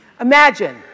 Imagine